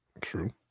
True